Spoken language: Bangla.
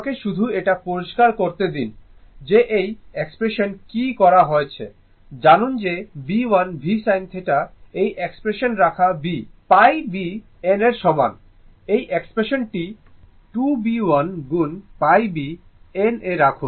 আমাকে শুধু এটা পরিষ্কার করতে দিন যে এই এক্সপ্রেশনে কি করা হয়েছে জানুন যে Bl v sin θ এই এক্সপ্রেশনে রাখা b π b n এর সমান এই এক্সপ্রেশনটি 2 Bl গুণ π B n এ রাখুন